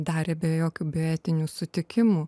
darė be jokių etinių sutikimų